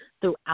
throughout